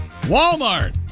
Walmart